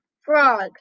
Frog